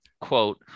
quote